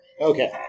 Okay